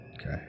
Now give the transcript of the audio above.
okay